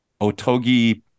otogi